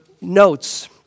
notes